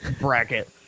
bracket